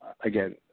again